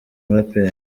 muraperi